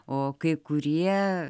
o kai kurie